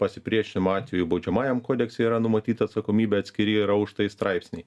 pasipriešinimo atveju baudžiamajam kodekse yra numatyta atsakomybė atskiri yra už tai straipsniai